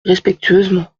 respectueusement